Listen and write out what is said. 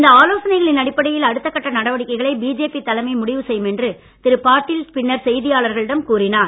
இந்த ஆலோசனைகளின் அடிப்படையில் அடுத்தக்கட்ட நடவடிக்கைகளை பிஜேபி தலைமை முடிவு செய்யும் என்று திரு பாட்டீல் பின்னர் செய்தியாளர்களிடம் கூறினார்